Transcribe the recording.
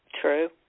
True